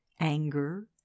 anger